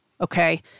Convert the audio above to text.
okay